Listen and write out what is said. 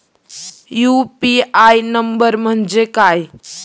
UPI number म्हणजे काय?